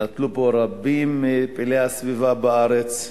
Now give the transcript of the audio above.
נטלו פה חלק רבים מפעילי הסביבה בארץ,